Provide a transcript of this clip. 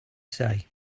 say